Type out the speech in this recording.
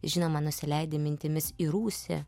žinoma nusileidi mintimis į rūsį